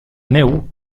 neu